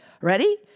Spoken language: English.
ready